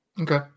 Okay